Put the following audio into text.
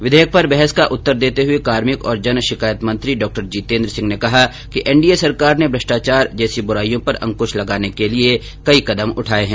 विघेयक पर बहस का उत्तर देते हुए कार्मिक और जन शिकायत मंत्री डॉक्टर जितेन्द्र सिंह ने कहा कि एनडीए सरकार ने भ्रष्टाचार जैसी बुराईयों पर अंकृश लगाने के लिए कई कदम उठाये हैं